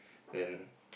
then